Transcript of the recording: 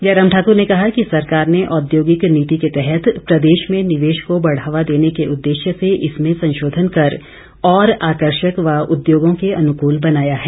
जयराम ठाकुर ने कहा कि सरकार ने औद्योगिक नीति के तहत प्रदेश में निवेश को बढ़ावा देने के उद्देश्य से इसमें संशोधन कर और आकर्षक व उद्योगों के अनुकूल बनाया है